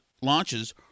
launches